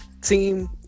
team